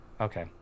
okay